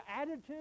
attitude